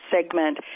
segment